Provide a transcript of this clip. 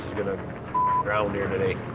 gonna drown here today.